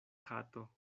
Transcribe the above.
kato